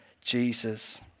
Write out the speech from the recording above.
Jesus